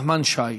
נחמן שי.